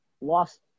Lost